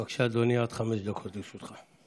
בבקשה, אדוני, עד חמש דקות לרשותך.